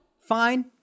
fine